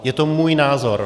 Je to můj názor.